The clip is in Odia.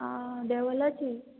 ହଁ ଦେହ ଭଲ ଅଛି